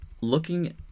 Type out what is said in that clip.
looking